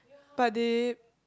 but they